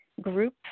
group